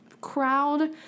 crowd